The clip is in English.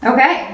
Okay